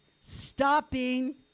stopping